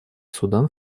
судан